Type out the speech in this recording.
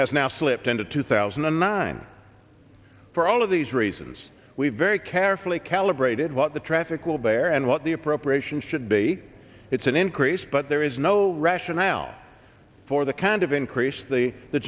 has now slipped into two thousand and nine for all of these reasons we've very carefully calibrated what the traffic will bear and what the appropriation should be it's an increase but there is no rationale for the kind of increase the the